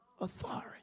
authority